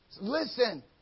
Listen